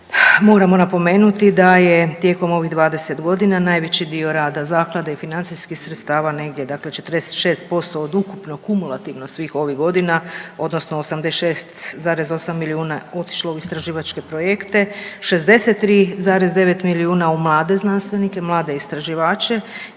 moramo napomenuti da je tijekom ovih 20 godina najveći dio rada zaklada i financijskih sredstava negdje dakle 46% od ukupno kumulativno svih ovih godina odnosno 86,8 milijuna otišlo u istraživačke projekte, 63,9 milijuna u mlade znanstvenike, mlade istraživače